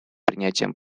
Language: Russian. принятием